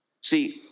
See